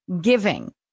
giving